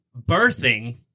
birthing